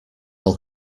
all